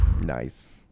Nice